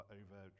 over